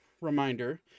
reminder